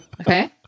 Okay